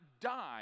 die